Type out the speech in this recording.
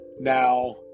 Now